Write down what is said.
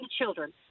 children